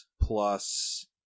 plus